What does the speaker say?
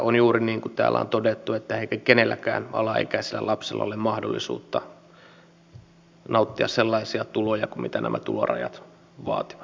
on juuri niin kuin täällä on todettu että eihän kenelläkään alaikäisellä lapsella ole mahdollisuutta nauttia sellaisia tuloja kuin mitä nämä tulorajat vaativat